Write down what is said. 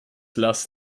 lass